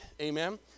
amen